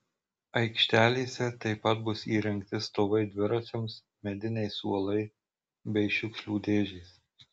aikštelėse taip pat bus įrengti stovai dviračiams mediniai suolai bei šiukšlių dėžės